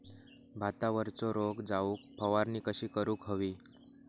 भातावरचो रोग जाऊक फवारणी कशी करूक हवी?